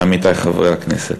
עמיתי חברי הכנסת,